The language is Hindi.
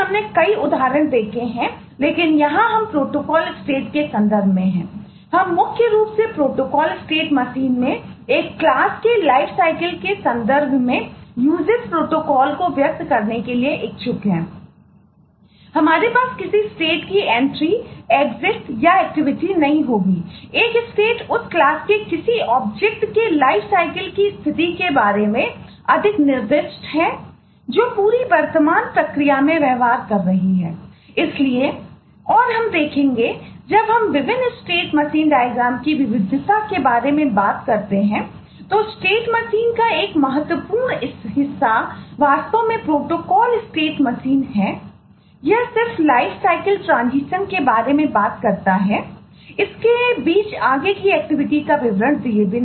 हमारे पास किसी स्टेट के बारे में बात करता है इसके बीच आगे की एक्टिविटी का विवरण दिए बिना